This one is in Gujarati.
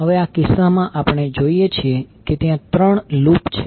હવે આ કિસ્સામાં આપણે જોઈએ છીએ કે ત્યાં ત્રણ લૂપ છે